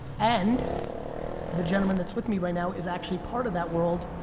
and the gentleman that's with me right now is actually part of that world,